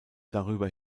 darüber